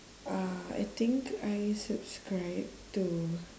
uh I think I subscribe to